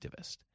activist